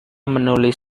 menulis